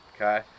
Okay